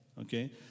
Okay